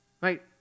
right